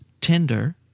tender